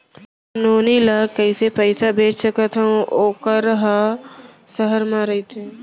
नोनी ल कइसे पइसा भेज सकथव वोकर ह सहर म रइथे?